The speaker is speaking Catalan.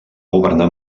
governar